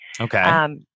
Okay